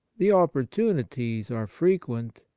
the opportunities are frequent,